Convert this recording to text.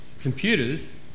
computers